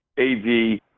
AV